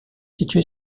située